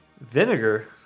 Vinegar